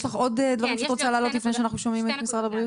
יש לך עוד דברים שאת רוצה להעלות לפני שאנחנו שומעים את משרד הבריאות?